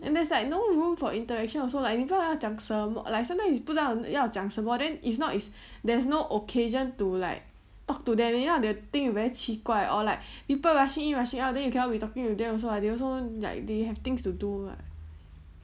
and there's like no room for interaction also like 你不知道要讲什么 like sometimes it's like 不知道要讲什么 then if not it's there's no occasion to like talk to them if not they will think you very 奇怪 or like people rushing in rushing out then you cannot be talking to them also [what] they also like they have things to [what]